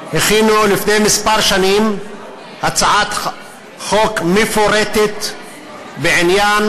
הכינו לפני כמה שנים הצעת חוק מפורטת בעניין